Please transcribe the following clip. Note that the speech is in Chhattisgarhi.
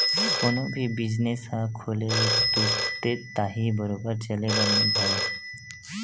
कोनो भी बिजनेस ह खोले ले तुरते ताही बरोबर चले बर नइ धरय